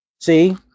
See